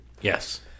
Yes